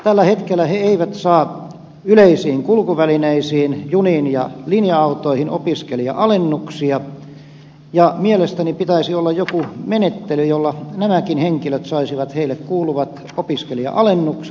tällä hetkellä he eivät saa yleisiin kulkuvälineisiin juniin ja linja autoihin opiskelija alennuksia ja mielestäni pitäisi olla joku menettely jolla nämäkin henkilöt saisivat heille kuuluvat opiskelija alennukset